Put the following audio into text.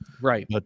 right